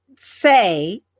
Say